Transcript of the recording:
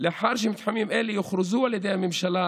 לאחר שמתחמים אלה יוכרזו על ידי הממשלה,